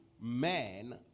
man